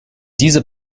diese